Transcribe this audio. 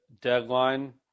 deadline